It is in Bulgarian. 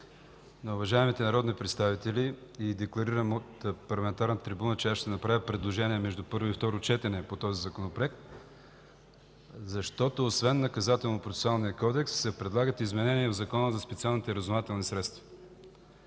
на уважаемите народни представители и декларирам от парламентарната трибуна, че аз ще направя предложения между първо и второ четене по този Законопроект, защото освен Наказателнопроцесуалния кодекс, се предлагат изменения и в Закона за специалните разузнавателни средства.